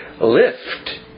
lift